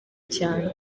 cane